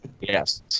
Yes